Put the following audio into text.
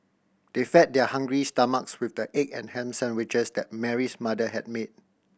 they fed their hungry stomachs with the egg and ham sandwiches that Mary's mother had made